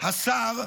שהשר,